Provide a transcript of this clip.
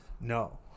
no